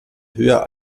höher